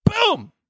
boom